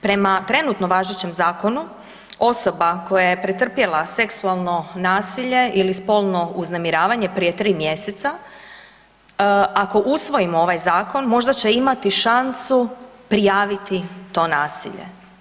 Prema trenutno važećem zakonu osoba koja je pretrpjela seksualno nasilje ili spolno uznemiravanje prije 3 mjeseca, ako usvojimo ovaj zakon, možda će imati šansu prijaviti to nasilje.